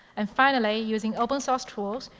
and finally, using open source tools,